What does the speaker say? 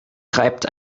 reibt